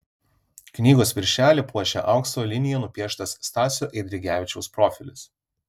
knygos viršelį puošia aukso linija nupieštas stasio eidrigevičiaus profilis